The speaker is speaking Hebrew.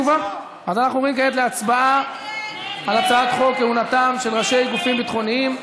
לסעיף הבא שעל סדר-היום: הצעת חוק כהונתם של ראשי גופים ביטחוניים,